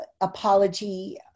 apology